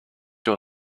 your